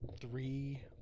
Three